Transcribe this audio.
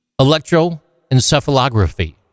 electroencephalography